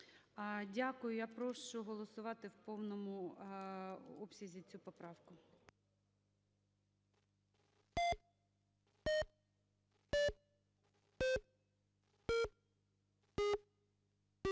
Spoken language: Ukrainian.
Дякую. Я прошу голосувати в повному обсязі цю поправку.